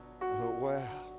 Wow